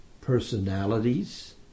personalities